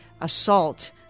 assault